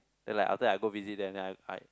then like after I go visit them then I I